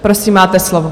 Prosím, máte slovo.